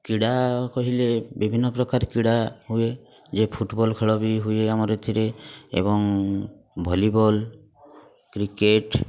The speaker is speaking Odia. କ୍ରୀଡ଼ା କହିଲେ ବିଭିନ୍ନ ପ୍ରକାର କ୍ରୀଡ଼ା ହୁଏ ଯେ ଫୁଟବଲ ଖେଳ ବି ହୁଏ ଆମର ଏଥିରେ ଏବଂ ଭଲିବଲ୍ କ୍ରିକେଟ୍